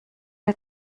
wir